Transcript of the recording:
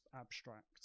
abstract